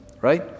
right